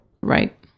Right